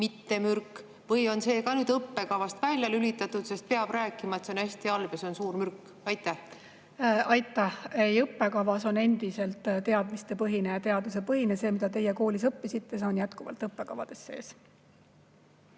mitte mürk? Või on see ka nüüd õppekavast välja lülitatud, sest peab rääkima, et see on hästi halb ja see on suur mürk? Aitäh! Ei, õppekava on endiselt teadmistepõhine ja teadusepõhine. See, mida teie koolis õppisite, on jätkuvalt õppekavades sees.